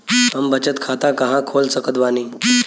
हम बचत खाता कहां खोल सकत बानी?